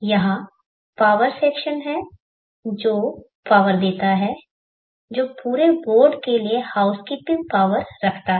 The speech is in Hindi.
यहां पावर सेक्शन हैं जो पावर देता हैं जो पूरे बोर्ड के लिए हाउस कीपिंग पावर रखता है